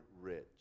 rich